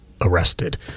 arrested